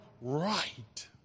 right